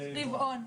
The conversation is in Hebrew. מידי רבעון.